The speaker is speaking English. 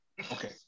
Okay